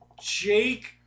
jake